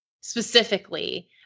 specifically